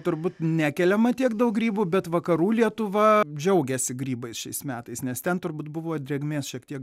turbūt nekeliama tiek daug grybų bet vakarų lietuva džiaugiasi grybais šiais metais nes ten turbūt buvo drėgmės šiek tiek